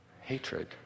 hatred